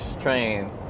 train